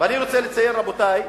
אני רוצה לציין, רבותי,